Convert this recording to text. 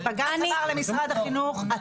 הערתי הערה של משפט, מותר לי.